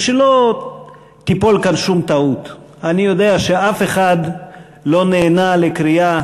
ושלא תיפול כאן שום טעות: אני יודע שאף אחד לא נענה לקריאה